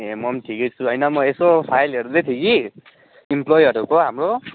ए म पनि ठिकै छु होइन म यसो फाइल हेर्दै थिएँ कि इम्प्लोईहरूको हाम्रो